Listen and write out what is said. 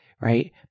right